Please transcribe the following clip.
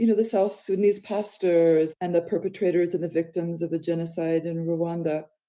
you know the south sudanese pastors and the perpetrators and the victims of the genocide in rwanda,